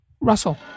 Russell